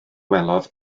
welodd